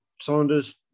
saunders